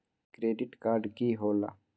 Credit card की होला?